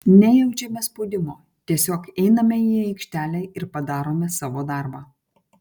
nejaučiame spaudimo tiesiog einame į aikštelę ir padarome savo darbą